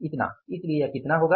इतना इसलिए यह कितना होगा